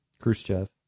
Khrushchev